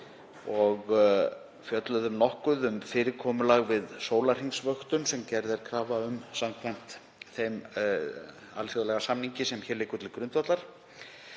og fjöllum nokkuð um fyrirkomulag við sólarhringsvöktun sem gerð er krafa um samkvæmt þeim alþjóðlega samningi sem hér liggur til grundvallar.